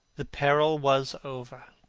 the peril was over.